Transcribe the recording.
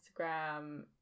Instagram